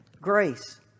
grace